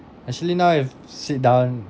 actually now you have to sit down